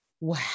Wow